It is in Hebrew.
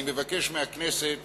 אני מבקש מהכנסת